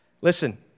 Listen